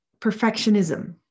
perfectionism